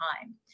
time